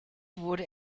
wurde